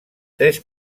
tres